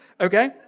Okay